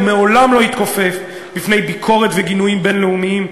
הוא מעולם לא התכופף בפני ביקורת וגינויים בין-לאומיים,